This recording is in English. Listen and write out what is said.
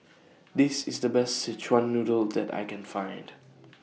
This IS The Best Szechuan Noodle that I Can Find